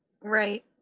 Right